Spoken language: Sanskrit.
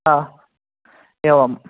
हा एवम्